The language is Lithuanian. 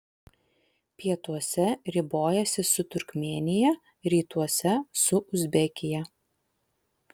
pietuose ribojasi su turkmėnija rytuose su uzbekija